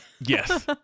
Yes